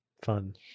Fun